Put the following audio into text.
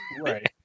Right